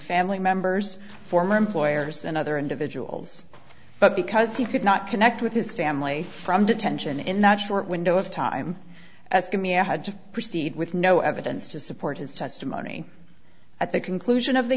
family members former employers and other individuals but because he could not connect with his family from detention in that short window of time as to me i had to proceed with no evidence to support his testimony at the conclusion of the